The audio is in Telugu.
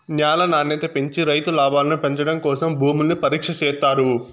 న్యాల నాణ్యత పెంచి రైతు లాభాలను పెంచడం కోసం భూములను పరీక్ష చేత్తారు